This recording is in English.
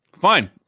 Fine